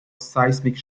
seismic